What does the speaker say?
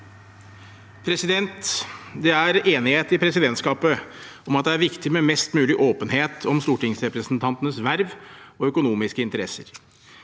Det er enighet i presidentskapet om at det er viktig med mest mulig åpenhet om stortingsrepresentantenes verv og økonomiske interesser.